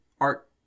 art